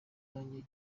wanjye